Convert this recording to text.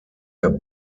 der